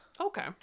Okay